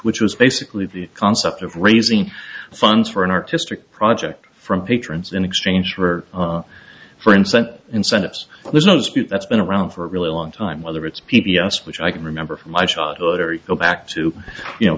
which was basically the concept of raising funds for an artistic project from patrons in exchange for a friend sent incentives there's no dispute that's been around for a really long time whether it's p b s which i can remember from my childhood or go back to you know